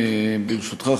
ברשותך,